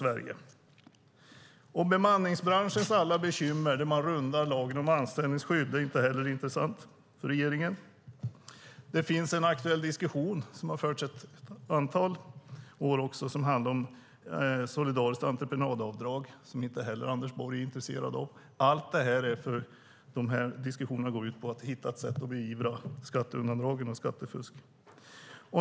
Inte heller bemanningsbranschens alla bekymmer, där man rundar lagen om anställningsskydd, är intressant för regeringen. Det har under ett antal år förts en diskussion om solidariskt entreprenadavdrag. Det är Anders Borg inte heller intresserad av. Alla dessa diskussioner går ut på att hitta ett sätt att beivra skatteundandragande och skattefusk.